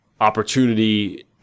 opportunity